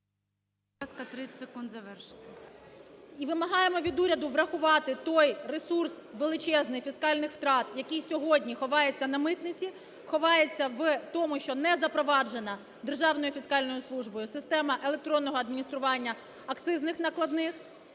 І вимагаємо від уряду врахувати той ресурс величезний фіскальних втрат, який сьогодні ховається на митниці, ховається в тому, що не запроваджена Державною фіскальною службою система електронного адміністрування акцизних накладних